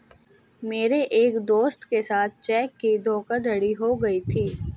मेरे एक दोस्त के साथ चेक की धोखाधड़ी हो गयी थी